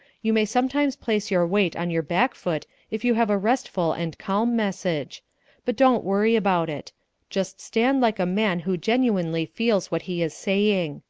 you may sometimes place your weight on your back foot if you have a restful and calm message but don't worry about it just stand like a man who genuinely feels what he is saying.